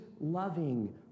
loving